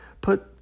put